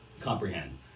comprehend